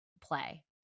play